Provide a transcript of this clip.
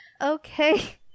Okay